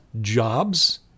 jobs